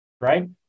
right